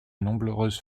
nombreuses